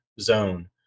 zone